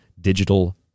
digital